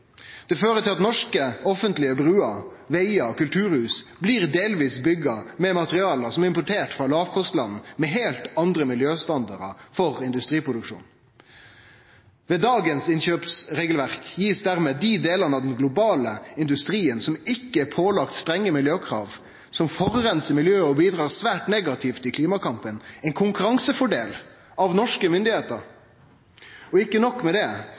Det fører til at norske offentlege bruer, vegar og kulturhus delvis blir bygde med materiale som er importert frå lavkostland med heilt andre miljøstandardar for industriproduksjon. Med dagens innkjøpsregelverk får dermed dei delane av den globale industrien som ikkje er pålagde strenge miljøkrav, som forureinar miljøet og bidreg svært negativt i klimakampen, ein konkurransefordel av norske myndigheiter. Og ikkje nok med det: